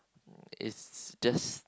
is just